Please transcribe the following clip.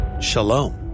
Shalom